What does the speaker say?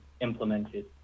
implemented